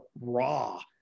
raw